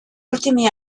ultimi